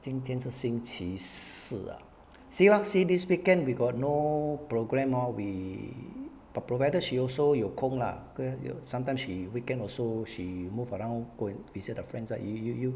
今天是星期四 ah see lah see this weekend we got no program or we provided she also 有空 lah okay sometime she weekend also she move around go and visit the friends right you you you